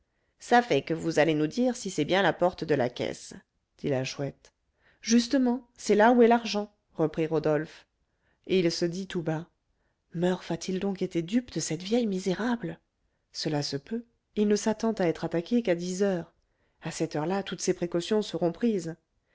ça fait que vous allez nous dire si c'est bien la porte de la caisse dit la chouette justement c'est là où est l'argent reprit rodolphe et il se dit tout bas murph a-t-il donc été dupe de cette vieille misérable cela se peut il ne s'attend à être attaqué qu'à dix heures à cette heure-là toutes ses précautions seront prises